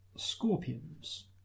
scorpions